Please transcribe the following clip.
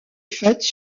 faites